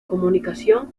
comunicación